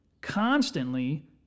constantly